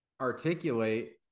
articulate